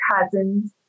cousins